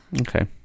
Okay